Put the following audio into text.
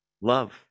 love